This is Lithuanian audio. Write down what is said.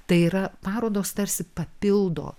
tai yra parodos tarsi papildo